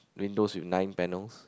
windows with nine panels